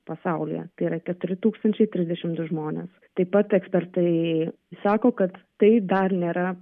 pasaulyje tai yra keturi tūkstančiai trisdešimt du žmonės taip pat ekspertai sako kad tai dar nėra